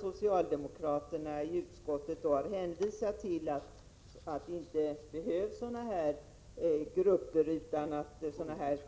Socialdemokraterna har då i utskottet hänvisat till att det inte behövs sådana grupper utan att, som man säger,